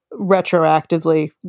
retroactively